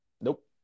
Nope